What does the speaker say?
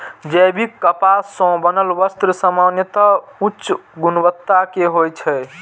जैविक कपास सं बनल वस्त्र सामान्यतः उच्च गुणवत्ता के होइ छै